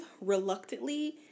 reluctantly